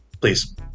please